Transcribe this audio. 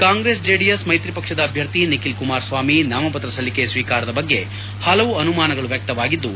Congress JDS ಮೈತ್ರಿ ಪಕ್ಷದ ಅಭ್ಯರ್ಥಿ ನಿಖಿಲ್ ಕುಮಾರಸ್ವಾಮಿ ನಾಮಪತ್ರ ಸಲ್ಲಿಕೆ ಸ್ವೀಕಾರದ ಬಗ್ಗೆ ಹಲವು ಅನುಮಾನಗಳು ವ್ಯಕ್ತವಾಗಿದ್ದು